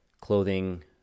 clothing